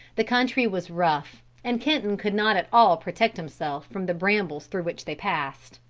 the country was rough and kenton could not at all protect himself from the brambles through which they passed.